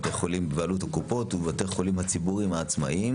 בתי חולים בבעלות הקופות ובתי החולים הציבוריים העצמאיים